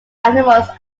animals